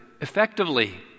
effectively